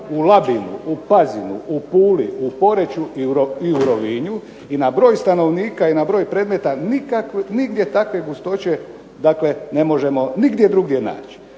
u Labinu, u Pazinu, u Puli, u Poreču i u Rovinju i na broj stanovnika i na broj predmeta nigdje takve gustoće dakle ne možemo nigdje drugdje naći.